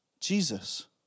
Jesus